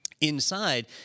inside